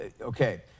okay